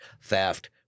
theft